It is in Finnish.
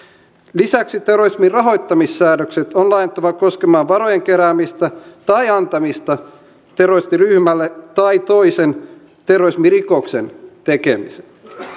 lisäksi terrorisminrahoittamissäädökset on laajennettava koskemaan varojen keräämistä tai antamista terroristiryhmälle tai toisen terrorismirikoksen tekemiseen